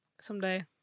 someday